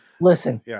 Listen